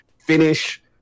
finish